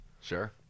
Sure